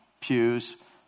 pews